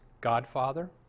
godfather